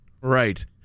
Right